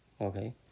okay